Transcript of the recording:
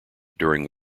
during